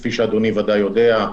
כפי שאדוני ודאי יודע,